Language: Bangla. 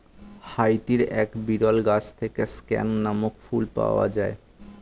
হাইতির এক বিরল গাছ থেকে স্ক্যান নামক ফুল পাওয়া যায়